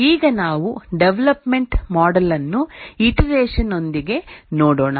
ಈಗ ನಾವು development model ಅನ್ನು ಇಟರೆಷನ್ ಯೊಂದಿಗೆ ನೋಡೋಣ